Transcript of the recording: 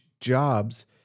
jobs